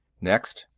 next!